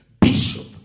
Bishop